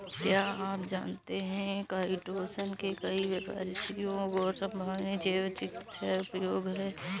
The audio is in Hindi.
क्या आप जानते है काइटोसन के कई व्यावसायिक और संभावित जैव चिकित्सीय उपयोग हैं?